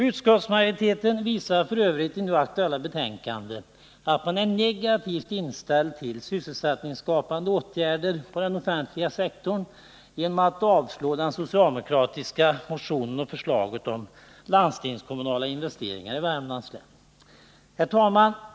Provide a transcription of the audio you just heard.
Utskottsmajoriteten visar f. ö. i nu aktuella betänkanden att man är negativt inställd till sysselsättningsskapande åtgärder på den offentliga sektorn genom att avstyrka det socialdemokratiska förslaget om landstingskommunala investeringar i Värmlands län. Herr talman!